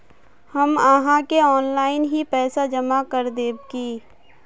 हम आहाँ के ऑनलाइन ही पैसा जमा देब की?